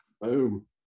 Boom